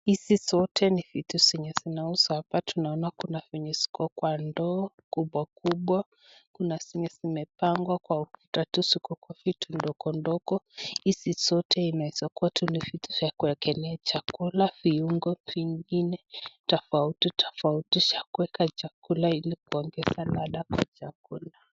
Hizi zote ni vitu zenye zinauza, naona hapa kuna zenye ziko kwa ndoo kubwa kubwa, kuna zenye zimepangwa kwa tatu ziko kwa vitu ndogo ndogo, hizi zote inaweza kuwa tu ni vitu ya kuwekelea chakula, viungo vingine tofautitofauti za kuweka kwa chakula, ili kuongeza radha kwa chakula.